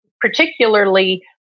particularly